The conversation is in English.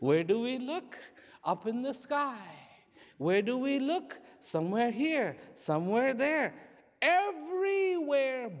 where do we look up in the sky where do we look somewhere here somewhere there